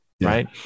right